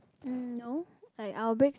mm no like our break